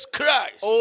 Christ